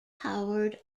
howard